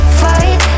fight